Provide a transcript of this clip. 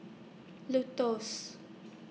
Lotto's